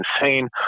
insane